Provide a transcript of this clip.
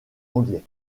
anglais